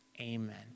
Amen